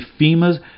FEMA's